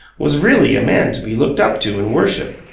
was really a man to be looked up to and worshipped.